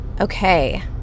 Okay